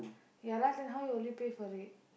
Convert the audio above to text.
ya lah then how will you pay for it